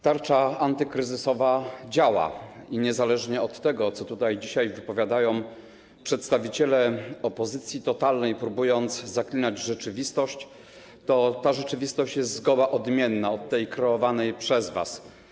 Tarcza antykryzysowa działa i niezależnie od tego, co tutaj dzisiaj wypowiadają przedstawiciele opozycji totalnej, próbując zaklinać rzeczywistość, ta rzeczywistość jest zgoła odmienna od tej kreowanej przez was.